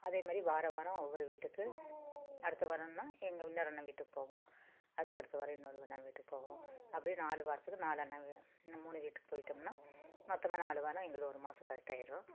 அதேமாரி வார வாரம் ஒவ்வொரு வீட்டுக்கு அடுத்த வாரம்னால் எங்கள் இன்னொரு அண்ணன் வீட்டுக்கு போவோம் அதுக்கடுத்த வாரம் இன்னொரு அண்ணன் வீட்டுக்கு போவோம் அப்படியே நாலு வாரத்துக்கும் நாலு அண்ணன் இந்த மூணு வீட்டுக்கு போய்ட்டோம்னால் மொத்தமாக நாலு வாரம் எங்களுக்கு ஒரு மாதம் கரெக்ட் ஆயிடும்